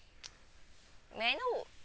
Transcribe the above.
may I know